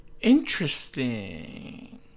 interesting